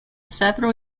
several